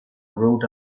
rhode